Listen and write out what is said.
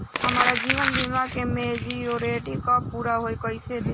हमार जीवन बीमा के मेचीयोरिटी कब पूरा होई कईसे देखम्?